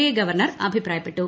I governor അഭിപ്രായപ്പെട്ടു